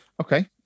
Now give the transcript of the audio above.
Okay